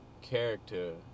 character